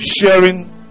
sharing